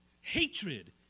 hatred